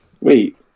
wait